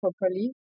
properly